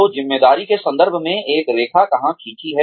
तो ज़िम्मेदारी के संदर्भ में एक रेखा कहां खींची है